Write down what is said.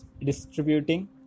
distributing